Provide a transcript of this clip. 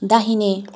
दाहिने